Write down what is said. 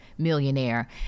millionaire